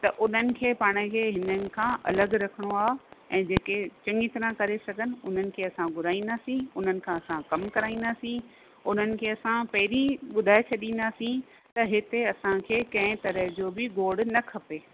त उन्हनि खे पाण खे हिननि खां अलॻि रखिणो आहे ऐं जेके चङी तरह करे सघनि उन्हनि खे असां घुराईंदासीं उन्हनि खां असां कम कराईंदासीं उन्हनि खे असां पहिरीं ॿुधाए छॾींदासीं त हिते असांखे कंहिं तरह जो बि गोड़ न खपे